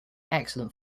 excellent